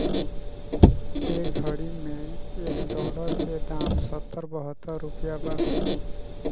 ए घड़ी मे एक डॉलर के दाम सत्तर बहतर रुपइया बा